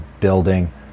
building